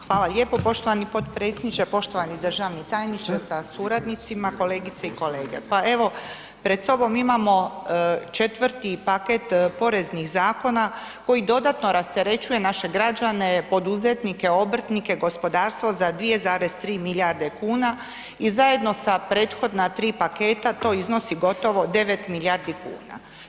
Hvala lijepo poštovani potpredsjedniče, poštovani državni tajniče sa suradnicima, kolegice i kolege, pa evo pred sobom imamo četvrti paket poreznih zakona koji dodatno rasterećuje naše građane, poduzetnike, obrtnike, gospodarstvo za 2,3 milijarde kuna i zajedno sa prethodna tri paketa to iznosi gotovo 9 milijardi kuna.